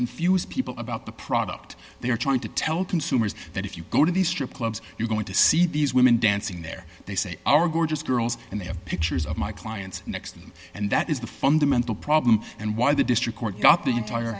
confuse people about the product they are trying to tell consumers that if you go to these strip clubs you're going to see these women dancing there they say are gorgeous girls and they have pictures of my clients next to me and that is the fundamental problem and why the district court got the entire